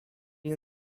nie